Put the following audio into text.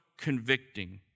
convicting